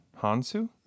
Hansu